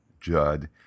Judd